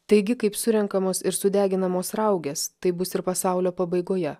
taigi kaip surenkamos ir sudeginamos raugės taip bus ir pasaulio pabaigoje